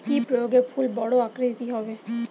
কি প্রয়োগে ফুল বড় আকৃতি হবে?